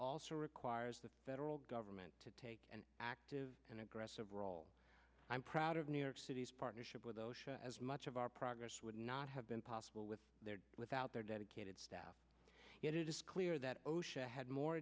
also requires the federal government to take an active and aggressive role i'm proud of new york city's partnership with osha as much of our progress would not have been possible with their without their dedicated staff it is clear that osha had more